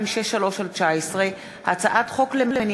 פ/2263/19 וכלה בהצעת חוק פ/2289/19,